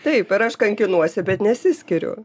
taip ir aš kankinuosi bet nesiskiriu